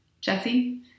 Jesse